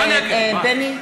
בגין,